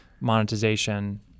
monetization